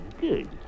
Good